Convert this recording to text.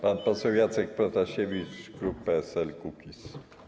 Pan poseł Jacek Protasiewicz, klub PSL-Kukiz.